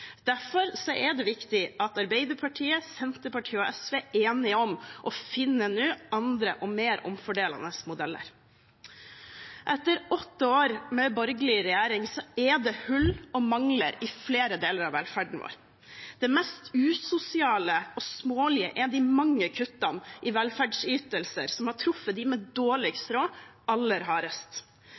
Derfor er det viktig at Arbeiderpartiet, Senterpartiet og SV nå er enige om å finne andre og mer omfordelende modeller. Etter åtte år med borgerlig regjering er det hull og mangler i flere deler av velferden vår. Det mest usosiale og smålige er de mange kuttene i velferdsytelser som har truffet dem med dårligst råd aller hardest.